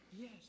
Yes